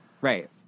Right